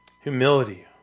Humility